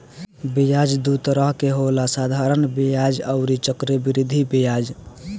ब्याज दू तरह के होला साधारण ब्याज अउरी चक्रवृद्धि ब्याज